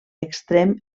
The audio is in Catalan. extrem